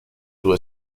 due